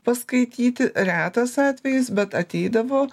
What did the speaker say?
paskaityti retas atvejis bet ateidavo